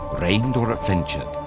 reigned, or adventured,